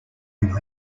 when